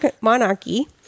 monarchy